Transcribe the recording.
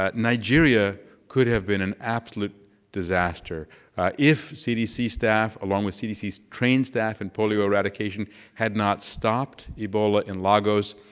ah nigeria could have been an absolute disaster if cdc staff, along with cdc's trained staff in polio eradication, had not stopped ebola in lagos,